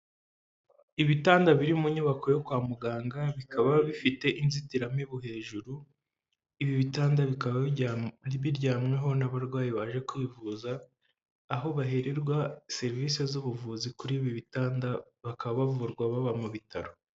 Ibitanda biri mu nyubako yo kwa muganga bikaba bifite inzitiramibu hejuru, ibi bitanda bikaba biryamweho n'abarwayi baje kwivuza aho bahererwa serivisi z'ubuvuzi kuri ibi bitanda bakaba bavurwa baba mu bitaro.